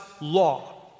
law